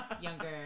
Younger